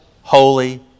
holy